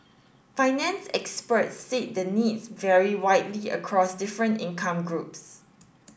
finance experts said the needs vary widely across different income groups